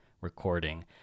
recording